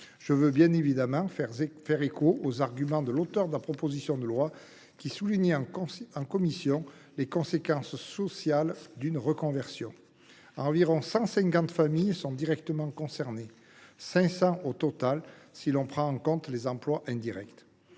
site. Bien évidemment, je me fais l’écho des arguments de l’auteur de la proposition de loi, qui soulignait en commission les conséquences sociales d’une reconversion. Environ 150 familles sont directement concernées, voire 500 familles si l’on prend en compte les emplois indirects.